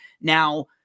Now